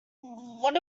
what